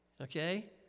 Okay